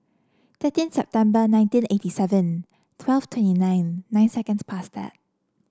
thirteen September nineteen eighty seven twelve twenty nine nine seconds past